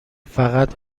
فقط